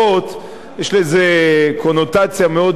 יש לזה קונוטציה מאוד-מאוד שלילית.